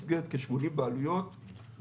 של כ-80 בעלויות,